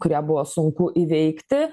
kurią buvo sunku įveikti